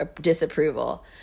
disapproval